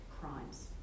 crimes